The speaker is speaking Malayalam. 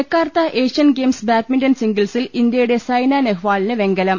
ജക്കാർത്ത ഏഷ്യൻഗെയിംസ് ബാഡ്മിന്റൺ സിംഗിൾസിൽ ഇന്ത്യ യുടെ സൈന നെഹ്വാളിന് വെങ്കലം